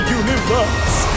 universe